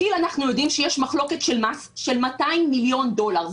בכי"ל אנחנו יודעים שיש מחלוקת של מס של 200 מיליון דולר.